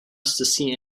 see